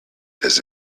does